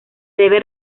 debe